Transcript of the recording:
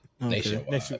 Nationwide